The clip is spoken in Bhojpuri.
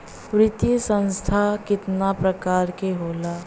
वित्तीय संस्था कितना प्रकार क होला?